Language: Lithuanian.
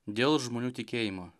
dėl žmonių tikėjimo